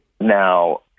Now